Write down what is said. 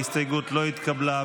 ההסתייגות לא התקבלה.